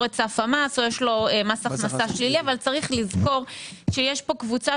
את סף המס או יש לו מס הכנסה שלילי אבל יש לזכור שיש פה קבוצה